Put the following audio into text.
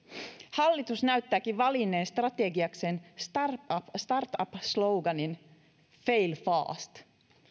hallitus näyttääkin valinneen strategiakseen start up start up sloganin fail fast